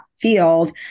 field